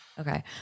Okay